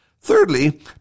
Thirdly